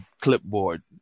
clipboard